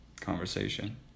conversation